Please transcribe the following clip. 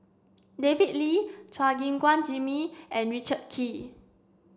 David Lee Chua Gim Guan Jimmy and Richard Kee